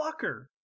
fucker